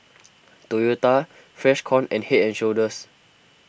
Toyota Freshkon and Head and Shoulders